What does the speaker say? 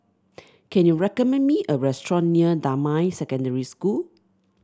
can you recommend me a restaurant near Damai Secondary School